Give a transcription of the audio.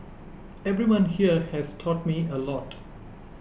everyone here has taught me a lot